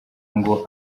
ngo